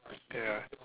ya